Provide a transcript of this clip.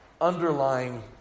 underlying